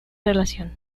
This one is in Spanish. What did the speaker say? relación